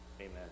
Amen